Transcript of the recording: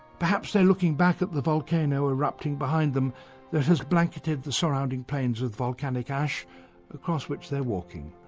perhaps they're looking back at the volcano erupting behind them that has blanketed the surrounding plains with volcanic ash across which they're walking.